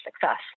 success